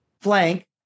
flank